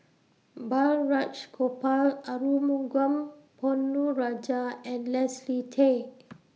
Balraj Gopal Arumugam Ponnu Rajah and Leslie Tay